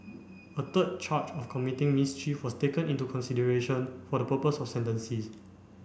a third charge of committing mischief was taken into consideration for the purpose of sentencing